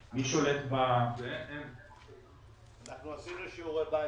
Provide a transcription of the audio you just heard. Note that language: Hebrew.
אם הנציגים בוועדה יכולים לשים את שני השקפים ששלחתי.